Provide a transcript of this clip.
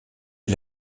est